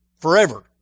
Forever